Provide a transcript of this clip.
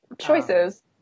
choices